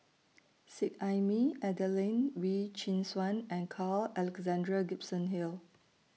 Seet Ai Mee Adelene Wee Chin Suan and Carl Alexander Gibson Hill